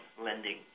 lending